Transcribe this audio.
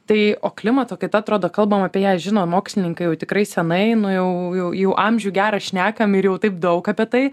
tai o klimato kaita atrodo kalbam apie ją žino mokslininkai jau tikrai senai nu jau jau amžių gerą šnekam ir jau taip daug apie tai